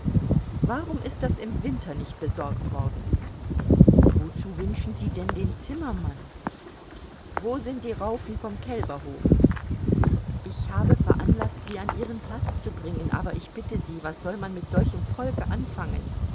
warum ist das nicht im winter besorgt worden wozu wünschen sie denn den zimmermann wo sind die raufen vom kälberhof ich habe veranlaßt sie an ihren platz zu bringen aber ich bitte sie was soll man mit solchem volke anfangen